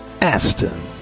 Aston